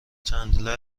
چندلر